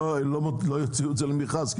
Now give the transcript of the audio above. לא יוציאו את זה למכרז,